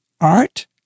art